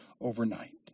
overnight